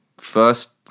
first